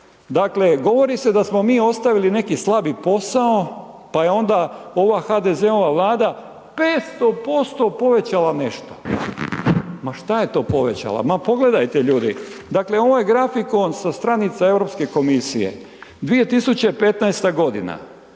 Dakle, govori se da smo mi ostavili neki slabi posao pa je onda ova HDZ-ova Vlada 500% povećala nešto, ma šta je to povećala? Ma pogledajte ljudi, dakle ovaj grafikon sa stranica Europske komisije, 2015. g.,